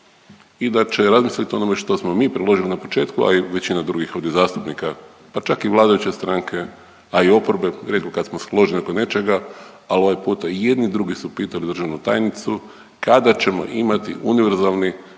i da će razmisliti o onome što smo mi predložili na početku, a i većina drugih ovdje zastupnika pa čak i vladajuće stranke, a i oporbe, rijetko kad smo složni oko nečega, ali ovaj puta i jedni i drugi su pitali državnu tajnicu kada ćemo imati univerzalni